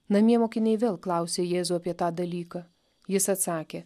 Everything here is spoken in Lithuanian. namie mokiniai vėl klausė jėzų apie tą dalyką jis atsakė